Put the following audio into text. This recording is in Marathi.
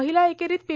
महिला एकेरीत पी